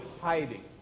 hiding